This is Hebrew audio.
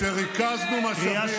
אבל העובדה היא שריכזנו משאבים.